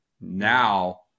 Now